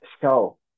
show